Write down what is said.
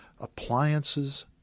appliances